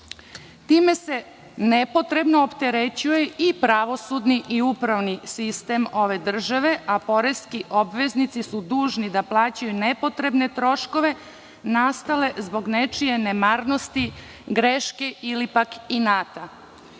Time se nepotrebno opterećuje i pravosudni i upravni sistem ove države, a poreski obveznici su dužni da plaćaju nepotrebne troškove nastale zbog nečije nemarnosti, greške ili pak inata. Iako